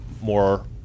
more